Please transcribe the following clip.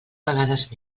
vegades